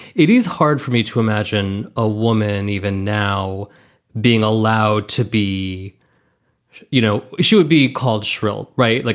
it is hard for me to imagine a woman even now being allowed to be you know, she would be called shrill. right. like